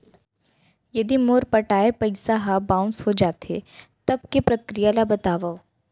यदि मोर पटाय पइसा ह बाउंस हो जाथे, तब के प्रक्रिया ला बतावव